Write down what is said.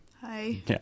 Hi